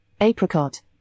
Apricot